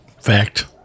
Fact